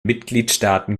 mitgliedstaaten